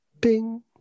bing